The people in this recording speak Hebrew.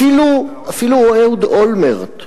אפילו אהוד אולמרט,